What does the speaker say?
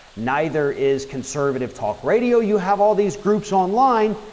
neither is conservative talk radio. you have all these groups online,